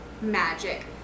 magic